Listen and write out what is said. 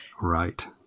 Right